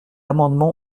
amendement